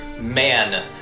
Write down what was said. Man